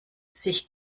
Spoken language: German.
sich